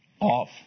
off